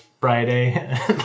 Friday